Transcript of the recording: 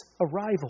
arrival